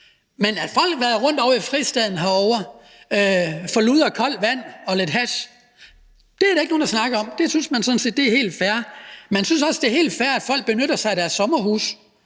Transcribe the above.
Men at folk vader rundt i Fristaden herovre for lud og koldt vand og lidt hash, er der ikke nogen, der snakker om – det synes man sådan set er helt fair. Man synes også, det er helt fair, at folk benytter sig af deres sommerhuse